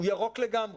הוא ירוק לגמרי.